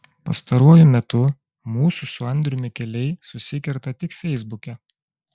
pastaruoju metu mūsų su andriumi keliai susikerta tik feisbuke